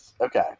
okay